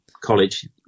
college